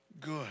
good